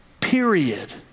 period